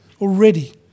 already